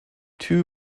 two